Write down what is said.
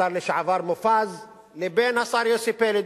השר לשעבר מופז, לבין השר יוסי פלד.